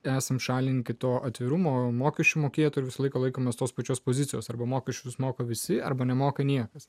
esame šalininkai to atvirumo mokesčių mokėtojų visą laiką laikomės tos pačios pozicijos arba mokesčius moka visi arba nemoka niekas